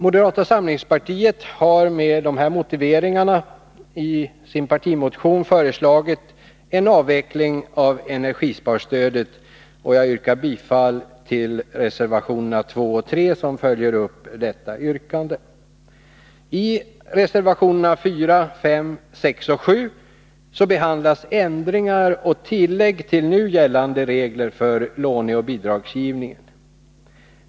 Moderata samlingspartiet har med de här motiveringarna i sin partimotion föreslagit en avveckling av energisparstödet. Jag yrkar bifall till reservationerna 2 och 3, som följer upp detta yrkande. I reservationerna 4, 5, 6 och 7 behandlas ändringar i och tillägg till nu gällande regler för låneoch bidragsgivningen.